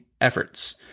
efforts